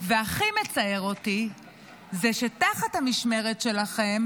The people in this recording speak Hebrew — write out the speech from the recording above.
והכי מצער אותי זה שתחת המשמרת שלכם,